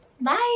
Bye